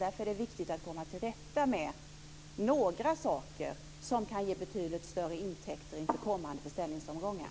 Därför är det viktigt att komma till rätta med några saker som kan ge betydligt större intäkter inför kommande försäljningsomgångar.